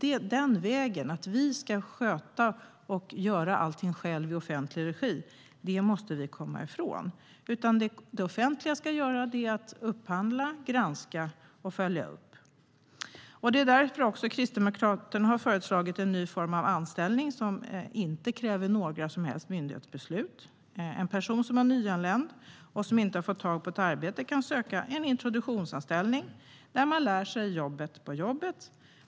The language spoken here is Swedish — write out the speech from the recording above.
Att vi ska göra allt i offentlig regi måste vi komma ifrån. Vad det offentliga ska göra är att upphandla, granska och följa upp. Det är också därför som Kristdemokraterna har föreslagit en ny form av anställning som inte kräver några som helst myndighetsbeslut. En person som är nyanländ och som inte har fått tag på ett arbete kan söka en introduktionsanställning där man lär sig jobbet på jobbet.